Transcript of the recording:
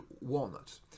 walnuts